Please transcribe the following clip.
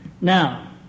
now